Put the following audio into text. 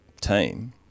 team